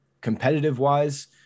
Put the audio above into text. Competitive-wise